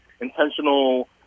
intentional